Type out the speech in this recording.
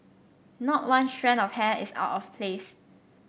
not one strand of hair is out of place